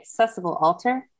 accessiblealtar